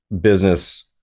business